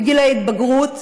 בגיל ההתבגרות,